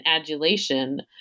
adulation